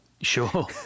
Sure